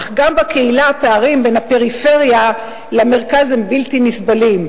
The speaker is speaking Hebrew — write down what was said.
אך גם בקהילה הפערים בין הפריפריה למרכז הם בלתי נסבלים.